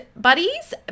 buddies